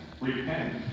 repent